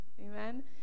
Amen